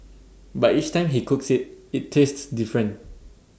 but each time he cooks IT it tastes different